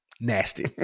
Nasty